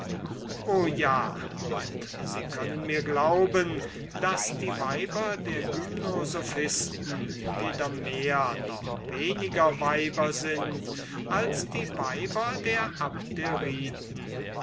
o ja und sie können mir glauben daß die weiber der gymnosophisten weder mehr noch weniger weiber sind als die weiber der